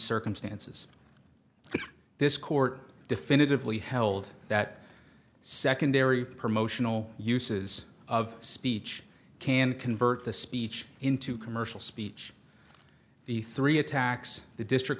circumstances that this court definitively held that secondary promotional uses of speech can convert the speech into commercial speech the three attacks the district